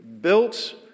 built